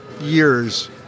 years